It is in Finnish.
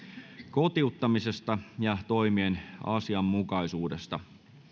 kotiuttamisesta ja toimien asianmukaisuudesta